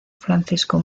francisco